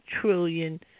trillion